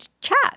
chat